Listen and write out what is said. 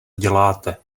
děláte